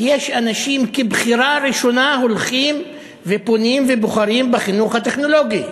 כי יש אנשים שכבחירה ראשונה הולכים ופונים ובוחרים בחינוך הטכנולוגי: